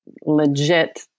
legit